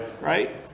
Right